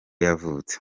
yavutse